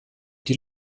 die